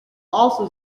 also